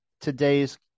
today's